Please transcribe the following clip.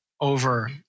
over